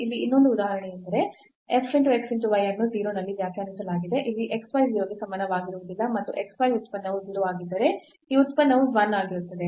ಇಲ್ಲಿ ಇನ್ನೊಂದು ಉದಾಹರಣೆಯೆಂದರೆ f x y ಅನ್ನು 0 ನಲ್ಲಿ ವ್ಯಾಖ್ಯಾನಿಸಲಾಗಿದೆ ಇಲ್ಲಿ x y 0 ಗೆ ಸಮನಾಗಿರುವುದಿಲ್ಲ ಮತ್ತು x y ಉತ್ಪನ್ನವು 0 ಆಗಿದ್ದರೆ ಈ ಉತ್ಪನ್ನವು 1 ಆಗಿರುತ್ತದೆ